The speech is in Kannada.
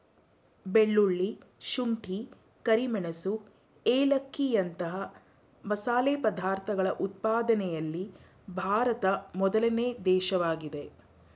ಬೆಳ್ಳುಳ್ಳಿ, ಶುಂಠಿ, ಕರಿಮೆಣಸು ಏಲಕ್ಕಿಯಂತ ಮಸಾಲೆ ಪದಾರ್ಥಗಳ ಉತ್ಪಾದನೆಯಲ್ಲಿ ಭಾರತ ಮೊದಲನೇ ದೇಶವಾಗಿದೆ